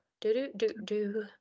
Do-do-do-do